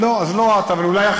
לא, לא, אה, לא?